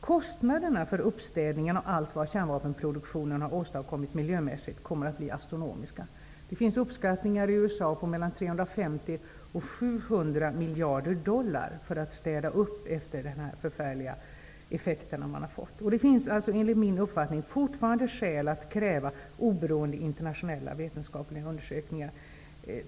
Kostnaderna för uppstädningen av allt kärnvapenproduktionen har åstadkommit miljömässigt kommer att bli astronomiska. Det finns uppskattningar i USA på mellan 350 och 700 miljarder dollar för att städa upp efter de förfärliga effekter man har fått. Det finns enligt min uppfattning fortfarande skäl att kräva oberoende internationella vetenskapliga undersökningar.